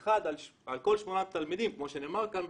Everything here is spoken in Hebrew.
אחד על כל שמונה תלמידים כמו שנאמר כאן בוועדה,